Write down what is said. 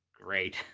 great